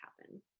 happen